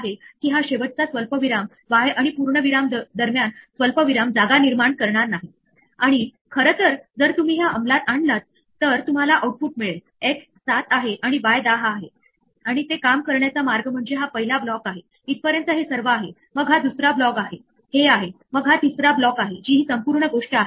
तर ही एक वेगळ्या प्रकारची शैली आहे हे असे नाही की एक इतरापेक्षा चांगला आहे पण हे फक्त यावर जोर देते की एकदा एक्सेप्शन हँडलींग आपल्या नियंत्रणाखाली आले की आपण आपल्या सवयी च्या गोष्टी वेगळ्या रीतीने करू शकतो आणि हे काहीवेळा आणखी स्पष्ट होते की ही एक प्रकारची शैली आहे तुम्ही नंतर उजवीकडे किंवा डावीकडे जाऊ शकता दोन्ही पायथोन च्या कोडचे वैध तुकडे आहेत